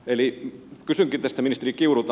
kysynkin tästä ministeri kiurulta